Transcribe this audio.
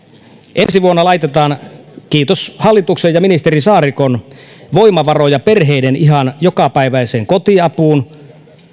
ensi vuonna laitetaan kiitos hallituksen ja ministeri saarikon voimavaroja perheiden ihan jokapäiväiseen kotiapuun